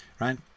right